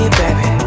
baby